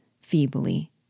feebly